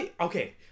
Okay